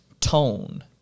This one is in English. tone